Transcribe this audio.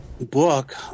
book